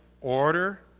order